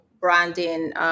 branding